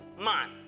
man